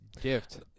gift